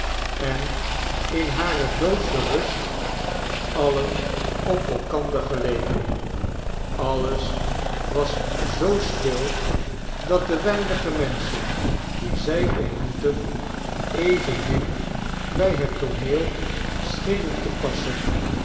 en in hare doodsche rust alien op elkander geleken alles was zoo stil dat de weinige menschen die zij ontmoetten evenmin bij het tooneel schenen te passen